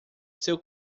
seu